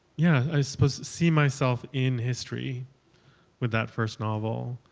yeah, i suppose, see myself in history with that first novel.